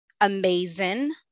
amazing